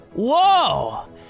Whoa